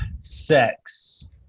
sex